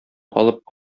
алып